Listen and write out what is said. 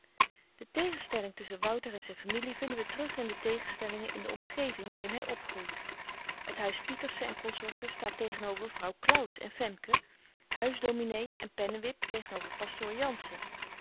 de tegenstelling tusschen wouter en zijn familie vinden we terug in de tegenstellingen in de omgeving waarin hij opgroeit t huis pieterse en consorten staat tegenover vrouw claus en femke huisdominee en pennewip tegenover pastoor jansen